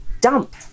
dump